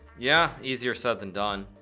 yeah easier said than done